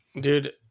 Dude